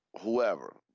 Whoever